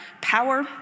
power